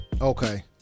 Okay